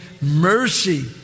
mercy